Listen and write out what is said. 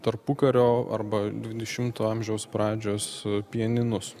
tarpukario arba dvidešimto amžiaus pradžios pianinus